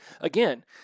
again